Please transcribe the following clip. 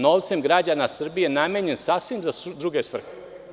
Novcem građana Srbije namenjenim sasvim za druge svrhe.